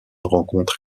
rencontre